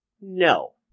No